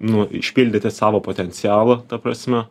nu išpildyti savo potencialą ta prasme